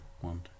one